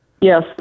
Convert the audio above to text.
Yes